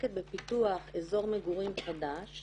עוסקת בפיתוח אזור מגורים חדש